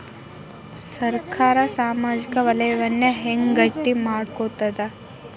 ಸರ್ಕಾರಾ ಸಾಮಾಜಿಕ ವಲಯನ್ನ ಹೆಂಗ್ ಗಟ್ಟಿ ಮಾಡ್ಕೋತದ?